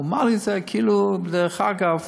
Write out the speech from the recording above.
הוא אמר לי את זה כאילו בדרך אגב,